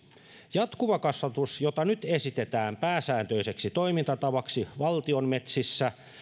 jatkuva kasvatus jota nyt esitetään pääsääntöiseksi toimintatavaksi valtion metsissä